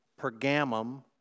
Pergamum